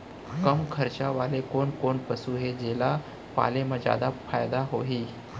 कम खरचा वाले कोन कोन पसु हे जेला पाले म जादा फायदा होही?